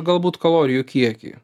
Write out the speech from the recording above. galbūt kalorijų kiekį